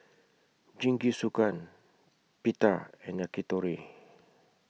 Jingisukan Pita and Yakitori